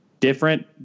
Different